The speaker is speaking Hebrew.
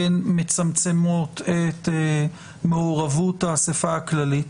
הן מצמצמות את מעורבות האספה הכללית,